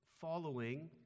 following